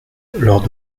lors